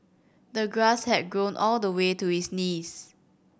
the grass had grown all the way to his knees